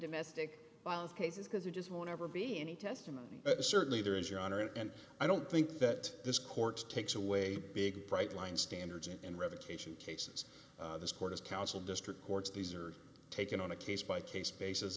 domestic violence cases because it just won't ever be any testimony and certainly there is your honor and i don't think that this court takes away a big bright line standards and revocation cases this court of counsel district courts these are taken on a case by case basis